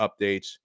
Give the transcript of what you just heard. updates